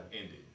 ended